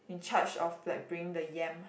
in charge of like bringing the yam